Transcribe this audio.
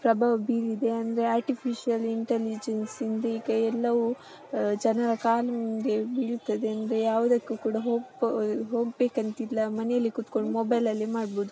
ಪ್ರಭಾವ ಬೀರಿದೆ ಅಂದರೆ ಆರ್ಟಿಫಿಶಿಯಲ್ ಇಂಟೆಲಿಜೆನ್ಸ್ ಇಂದ ಈಗ ಎಲ್ಲವೂ ಜನರ ಕಾಲು ಮುಂದೆ ಬೀಳ್ತದೆ ಅಂದರೆ ಯಾವುದಕ್ಕೂ ಕೂಡ ಹೋಗಬೇಕಂತಿಲ್ಲ ಮನೆಯಲ್ಲಿ ಕುತ್ಕೊಂಡು ಮೊಬೈಲಲ್ಲಿ ಮಾಡ್ಬೋದು